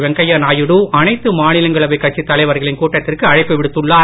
வெங்கைய நாயுடு அனைத்து மாநிலங்களவைக் கட்சித் தலைவர்களின் கூட்டத்திற்கு அழைப்பு விடுத்துள்ளார்